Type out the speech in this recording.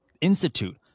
institute